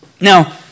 Now